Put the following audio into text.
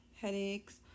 headaches